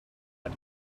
but